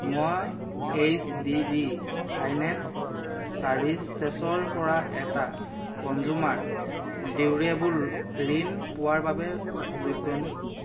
মই H D B finance চাৰ্ভিচেছৰ পৰা এটা কঞ্জ্যুমাৰ ডিউৰেবল ঋণ পোৱাৰ বাবে যোগ্যনে